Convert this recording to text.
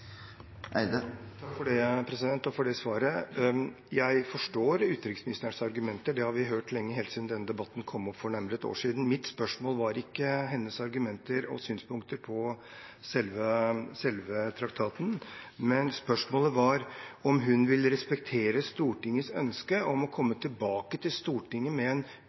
for svaret. Jeg forstår utenriksministerens argumenter. Det har vi hørt helt siden denne debatten kom opp for nærmere et år siden. Mitt spørsmål gjaldt ikke hennes argumenter og synspunkter på selve traktaten, men spørsmålet var om hun vil respektere Stortingets ønske om å komme tilbake til Stortinget med en